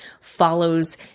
follows